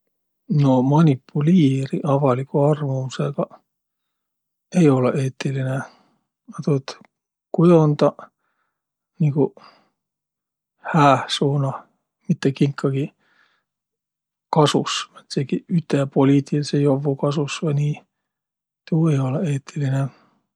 No manipuliiriq avaligu arvamisõga ei olõq eetiline, a tuud kujondaq nigu hääh suunah, mitte kinkagi kasus, määntsegi üte poliitilidse jovvu kasus, tuu ei olõq eetiline.